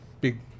big